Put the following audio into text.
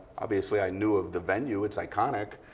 obviously, i knew of the venue. it's iconic.